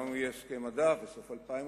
גם אם הוא יהיה הסכם מדף בסוף 2008,